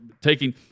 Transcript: taking